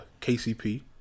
KCP